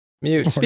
Mute